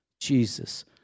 Jesus